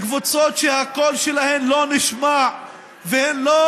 לקבוצות שהקול שלהן לא נשמע והן לא